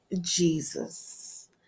Jesus